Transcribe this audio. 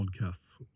podcasts